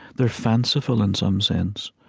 they're fanciful in some sense,